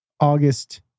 August